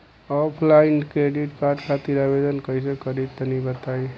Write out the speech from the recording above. Offline credit card खातिर आवेदन कइसे करि तनि बताई?